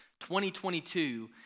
2022